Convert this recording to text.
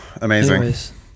Amazing